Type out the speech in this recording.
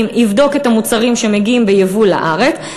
יבדוק את המוצרים שמגיעים בייבוא לארץ,